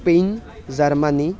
Spain Germany